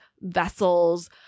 vessels